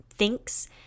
thinks